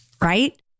right